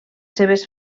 seves